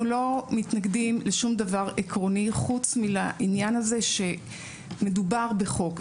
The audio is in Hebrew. אנחנו לא מתנגדים לשום דבר עקרוני חוץ מלעניין הזה שמדובר בחוק,